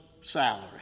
salary